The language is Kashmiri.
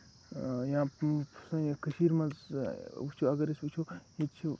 یا سانہِ کٔشیٖر منٛز وُچھو اَگر أسۍ وُچھو ییٚتہِ چھُ